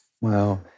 Wow